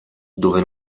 dove